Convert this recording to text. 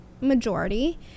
majority